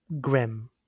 grim